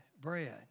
bread